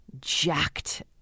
jacked